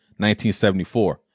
1974